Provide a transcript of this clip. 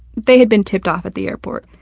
they had been tipped off at the airport.